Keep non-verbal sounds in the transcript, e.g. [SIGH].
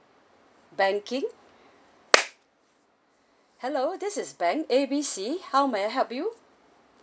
banking [BREATH] hello this is bank A B C how may I help you